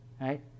Right